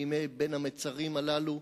בימי בין המצרים הללו,